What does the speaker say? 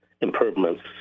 improvements